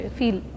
feel